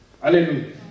hallelujah